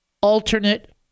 alternate